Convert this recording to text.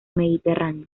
mediterráneo